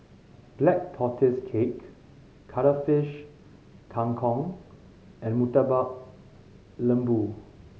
Black Tortoise Cake Cuttlefish Kang Kong and Murtabak Lembu